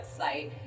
website